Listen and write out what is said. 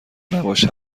نباش